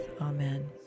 Amen